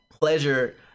pleasure